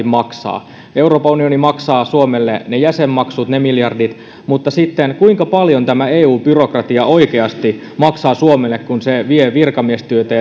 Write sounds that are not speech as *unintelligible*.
*unintelligible* maksaa euroopan unioni maksaa suomelle ne jäsenmaksut ne miljardit mutta kuinka paljon sitten tämä eu byrokratia oikeasti maksaa suomelle kun se vie virkamiestyötä *unintelligible*